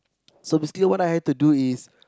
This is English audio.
so basically what I had to do is